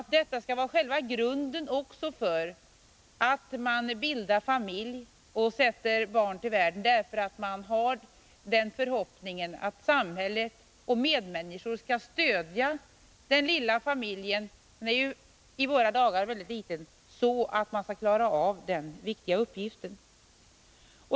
Detta skall vara själva grunden också för att man bildar familj och sätter barn till världen. Man skall kunna ha den förhoppningen att samhället och medmänniskor skall stödja den lilla familjen — den är ju i våra dagar väldigt liten — så att man klarar av sin viktiga uppgift.